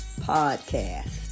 podcast